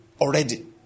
already